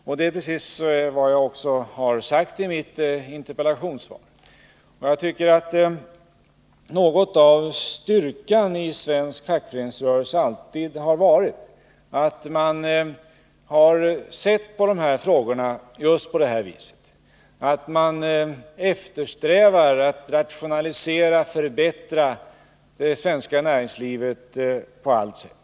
Detta är precis vad jag har sagt i mitt interpellationssvar. Jag tycker att i styrkan i svensk fackföreningsrörelse alltid har ingått att man där har sett på de här frågorna på det viset — att man eftersträvat att rationalisera och förbättra det svenska näringslivet på allt sätt.